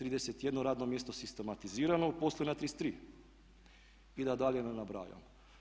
31 radno mjesto sistematizirano, uposlena 33 i da dalje ne nabrajam.